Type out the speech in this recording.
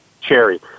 cherry